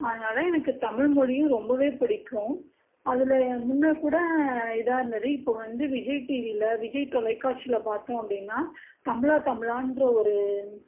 அதனால் எனக்கு தமிழ்மொழியும் ரொம்பவே பிடிக்கும் அதில் முன்னர்கூட இதாக இருந்தது இப்போ வந்து விஜய் டிவியில் விஜய் தொலைக்காட்சியில் பார்த்தோம் அப்படின்னா தமிழா தமிழான்ற ஒரு